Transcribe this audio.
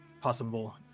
possible